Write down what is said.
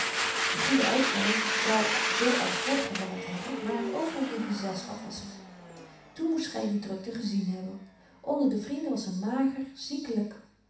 de goede uitval zou zo al voort gerammelt hebben maar het overige gezelschap was er toen moest gy die drukte gezien hebben onder de vrienden was een mager ziekelyk